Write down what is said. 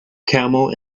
camel